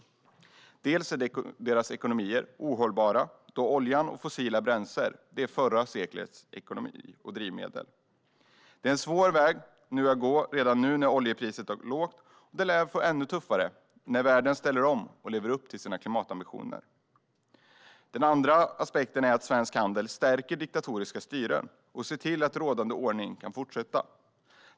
Den ena aspekten är att deras ekonomier är ohållbara, då olja och fossila bränslen är förra seklets drivmedel. De har en svår väg att gå redan nu, när oljepriset är lågt, och de lär få det ännu tuffare när världen ställer om och lever upp till sina klimatambitioner. Den andra aspekten är att svensk handel stärker diktatoriska styren och ser till att rådande ordning kan fortsätta.